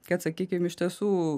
kad sakykim iš tiesų